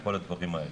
וכל הדברים האלה?